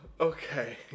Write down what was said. okay